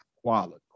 quality